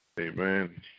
Amen